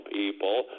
people